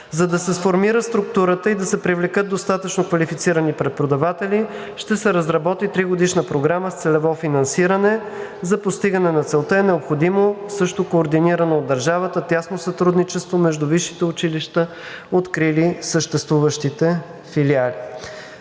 За да се сформира структурата и да се привлекат достатъчно квалифицирани преподаватели, ще се разработи тригодишна програма с целево финансиране. За постигане на целта е необходимо също координирано от държавата тясно сътрудничество между висшите училища, открили съществуващите филиали.